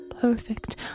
perfect